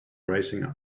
racing